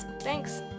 Thanks